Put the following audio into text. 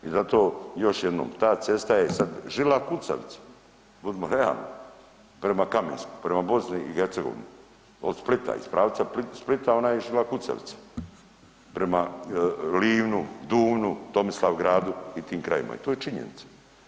I zato još jednom ta cesta je sad žila kucavica, budimo realni prema Kamenskom, prema BiH, od Splita, iz pravca Splita ona je žila kucavica prema Livnu, Duvnu, Tomislavgradu i tim krajevima i to je činjenica.